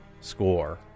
score